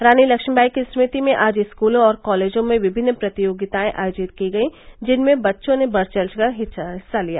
रानी लक्ष्मीबाई की स्मृति में आज स्कूलों और कॉलेजों में विभिन्न प्रतियोगिताएं आयोजित की गईं जिनमें बच्चों ने बढ़ चढ़कर हिस्सा लिया